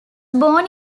born